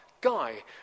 guy